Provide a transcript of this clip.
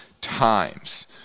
times